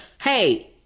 hey